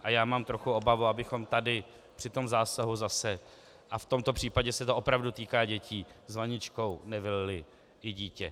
A já mám trochu obavu, abychom tady při tomto zásahu zase a v tomto případě se to opravdu týká dětí s vaničkou nevylili i dítě.